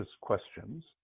questions